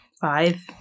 five